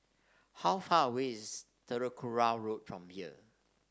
how far away is Telok Kurau Road from here